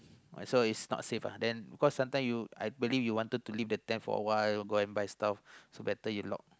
so it's not safe lah then because sometimes you I believe you wanted to leave the tent for a while go and buy stuffs so it's better you lock